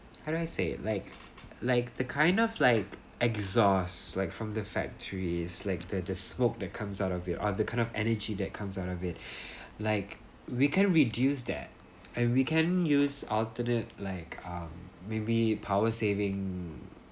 how do I say like like the kind of like exhaust like from the factories like the the smoke that comes out of your uh that kind of energy that comes out of it like we can reduce that and we can use alternate like uh maybe power saving